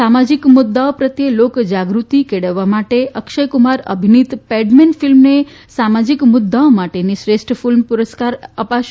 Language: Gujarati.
સામાજીક મુદ્દાઓ પ્રત્યે લોકજાગૃતિ કેળવવા માટે અક્ષયક્રમાર અભિનીત પેડમેન ફિલ્મને સામાજીક મુદ્દાઓ માટેની શ્રેષ્ઠ ફિલ્મ પુરસ્કાર અપાશે